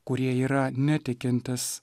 kurie yra netikintys